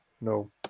No